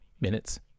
minutes